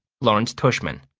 lawrence tushman